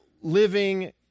living